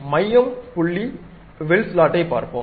இப்போது மையம் புள்ளி வில் ஸ்லாட்டைப் பார்ப்போம்